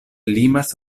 limas